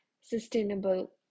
sustainable